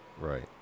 Right